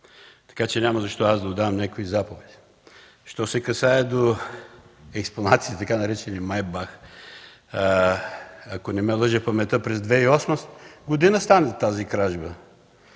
Така че няма защо аз да издавам някакви заповеди. Що се касае до експонатите, така наречени „Майбах”, ако не ме лъже паметта, през 2008 г. стана тази кражба.